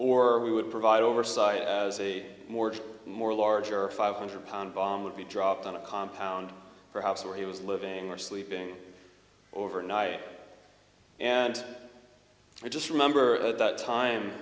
or we would provide oversight as a more more larger five hundred pound bomb would be dropped on a compound perhaps where he was living or sleeping overnight and i just remember at that time